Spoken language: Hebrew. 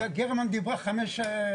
גרמן דיברה חמש דקות.